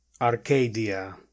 Arcadia